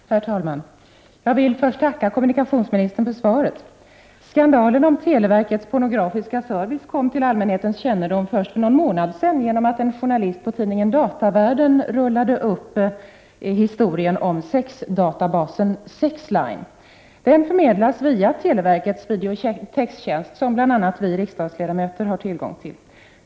Herr talman! Jag vill först tacka kommunikationsministern för svaret. Skandalen med televerkets pornografiska service kom till allmänhetens kännedom först för någon månad sedan genom att en journalist på tidningen Datavärlden rullade upp historien om sexdatabasen Sexline. Den förmedlas via televerkets videotextjänst, som bl.a. vi riksdagsledamöter har tillgång till.